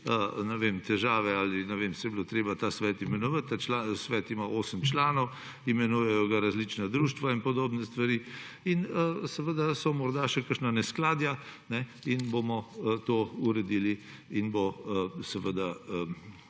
težave, ko je bilo treba ta svet imenovati. Svet ima osem članov, imenujejo ga različna društva in seveda so morda še kakšna neskladja. To bomo uredili in bo seveda